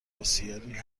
بسیاری